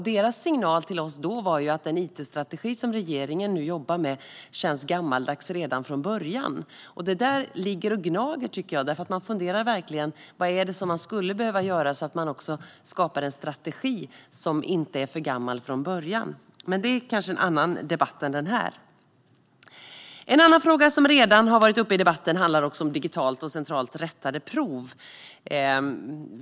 Deras signal till oss då var att den it-strategi som regeringen nu jobbar med känns gammaldags redan från början. Det där ligger och gnager, tycker jag, och jag funderar på vad man skulle behöva göra så att man också skapar en strategi som inte är för gammal från början. Men det är kanske en annan debatt än den här. En annan fråga som redan har varit uppe i debatten handlar om digitalt och centralt rättade prov.